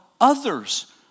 others